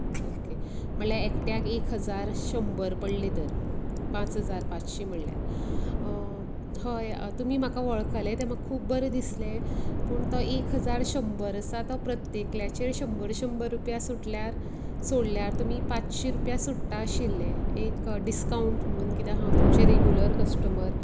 okay म्हळ्यार एकट्याक एक हजार शंबर पडले तर पांच हजार पांचशी म्हळ्यार हय तुमी म्हाका वळखले ते खूब बरें दिसलें पूण तो एक हजार शंबर आसा तो प्रत्येकल्याचेर शंबर शंबर रुपया सुटल्यार सोडल्यार तुमी पांचशी रुपया सुट्टा आशिल्ले एक डिस्काउंट म्हणून कित्याक हांव तुमचें रेगुलर कस्टमर